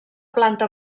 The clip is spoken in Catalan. planta